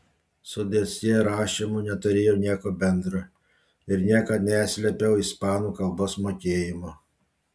su dosjė rašymu neturėjau nieko bendro ir niekad neslėpiau ispanų kalbos mokėjimo